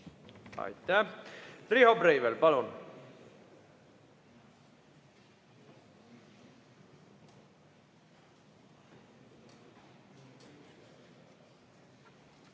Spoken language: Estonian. Aitäh! Riho Breivel, palun!